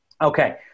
okay